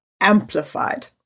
amplified